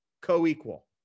co-equal